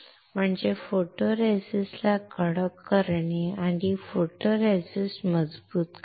म्हणजे फोटोरेसिस्टला कडक करणे आणि फोटोरेसिस्ट मजबूत करणे